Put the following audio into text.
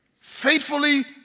faithfully